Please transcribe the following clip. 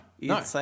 no